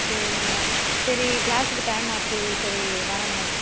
சரி மேடம் சரி க்ளாஸுக்கு டைம் ஆச்சு சரி வரேன் மேடம்